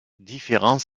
différents